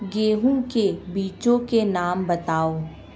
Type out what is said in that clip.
गेहूँ के बीजों के नाम बताओ?